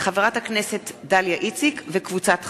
חברי הכנסת דליה איציק, ציפי לבני,